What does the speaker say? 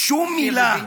שום מילה,